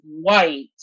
white